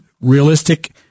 realistic